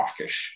rockish